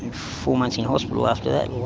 four months in hospital after that,